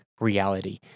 reality